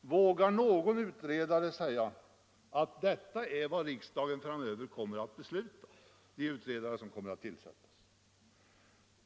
Vågar någon utredare av dem som kommer att tillsättas förutsätta att detta är vad riksdagen kommer att besluta?